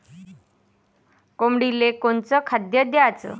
कोंबडीले कोनच खाद्य द्याच?